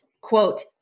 quote